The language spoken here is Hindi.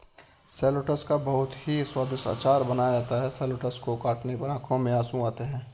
शैलोट्स का बहुत ही स्वादिष्ट अचार बनाया जाता है शैलोट्स को काटने पर आंखों में आंसू आते हैं